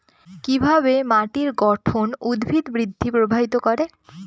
কিভাবে মাটির গঠন উদ্ভিদ বৃদ্ধি প্রভাবিত করে?